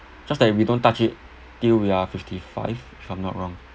just that we don't touch it till we are fifty five if I'm not wrong